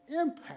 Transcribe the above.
impact